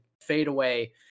fadeaway